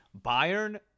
Bayern